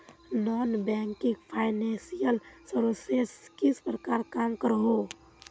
Non banking financial services किस प्रकार काम करोहो?